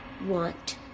Want